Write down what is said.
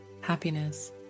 happiness